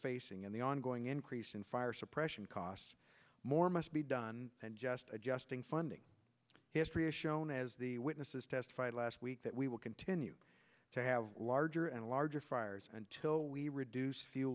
facing in the ongoing increase in fire suppression costs more must be done and just adjusting funding history is shown as the witnesses testified last week that we will continue to have larger and larger fires until we reduce f